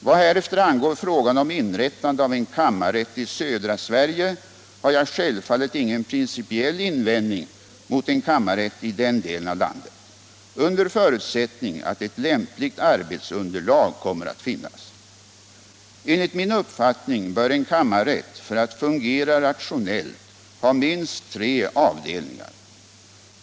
Vad härefter angår frågan om inrättande av en kammarrätt i södra Sverige har jag självfallet ingen principiell invändning mot en kammarrätt i den delen av landet, under förutsättning att ett lämpligt arbetsunderlag kommer att finnas. Enligt min uppfattning bör en kammarrätt för att fungera rationellt ha minst tre avdelningar.